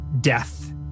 death